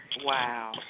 Wow